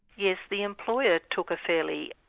yes, the employer took a fairly,